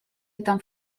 этом